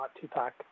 Tupac